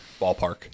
ballpark